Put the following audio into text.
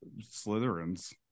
slytherins